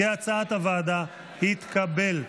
כהצעת הוועדה, התקבל.